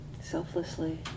selflessly